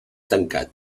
tancat